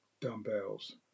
dumbbells